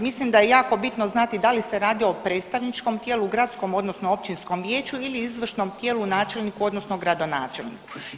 Mislim da je jako bitno znati da li se radi o predstavničkom tijelu, gradskom odnosno općinskom vijeću ili izvršnom tijelu, načelniku odnosno gradonačelniku.